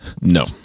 No